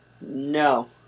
No